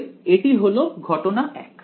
অতএব এটি হলো ঘটনা 1